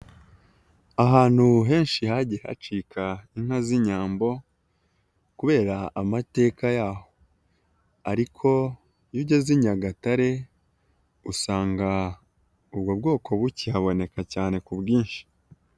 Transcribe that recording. Ahantu henshi hagiye hacika inka z'Inyambo kubera amateka y'aho, ariko iyo ugeze i Nyagatare usanga ubwo bwoko bukihaboneka cyane ku bwinshi.